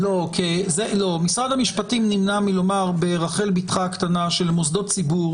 לא, הוא נמנע מלומר ברחל בתך הקטנה שלמוסדות ציבור